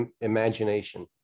imagination